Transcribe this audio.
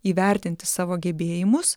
įvertinti savo gebėjimus